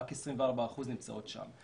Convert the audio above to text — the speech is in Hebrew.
רק 24% נמצאות שם.